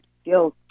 skills